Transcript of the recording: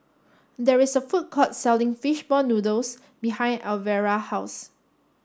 there is a food court selling Fish Ball Noodles behind Alvera house